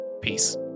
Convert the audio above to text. Peace